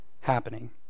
happening